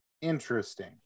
interesting